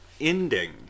ending